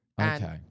Okay